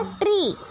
tree